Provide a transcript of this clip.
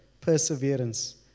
perseverance